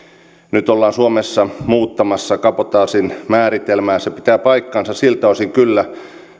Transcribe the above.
nyt ollaan suomessa muuttamassa kabotaasin määritelmää se pitää paikkansa siltä osin kyllä